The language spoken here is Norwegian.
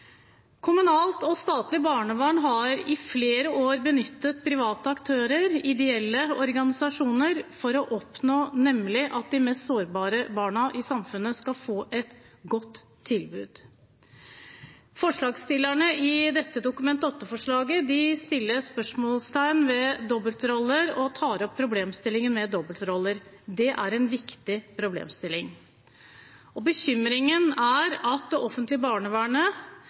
Kommunalt og statlig barnevern har i flere år benyttet private aktører og ideelle organisasjoner nettopp for å oppnå at de mest sårbare barna i samfunnet skal få et godt tilbud. Forslagsstillerne i dette Dokument 8-forslaget stiller spørsmål ved dobbeltroller og tar opp problemstillingen med dobbeltroller. Det er en viktig problemstilling. Bekymringen er at man i det offentlige barnevernet,